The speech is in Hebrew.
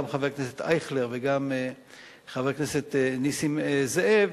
גם חבר הכנסת אייכלר וגם חבר הכנסת נסים זאב,